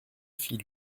fit